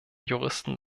juristen